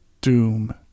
doom